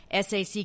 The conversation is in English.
SAC